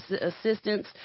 assistance